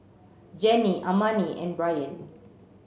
Jenny Amani and Brian